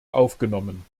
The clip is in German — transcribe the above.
aufgenommen